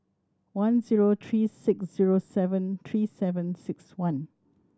one zero three six zero seven three seven six one